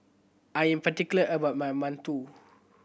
I'm particular about my mantou